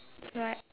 what